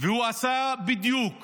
והוא עשה בדיוק